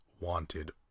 wanted